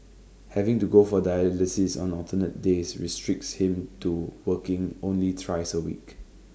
having to go for dialysis on alternate days restricts him to working only thrice A week